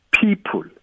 people